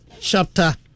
chapter